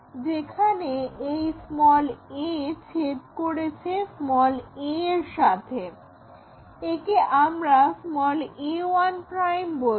যেখানে এই a ছেদ করেছে a এর সাথে একে আমরা a1 বলছি